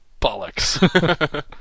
bollocks